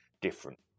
different